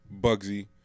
Bugsy